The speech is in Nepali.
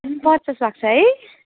पचास भएको छ है